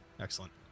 excellent